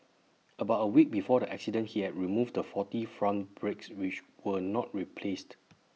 about A week before the accident he had removed the faulty front brakes which were not replaced